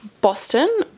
Boston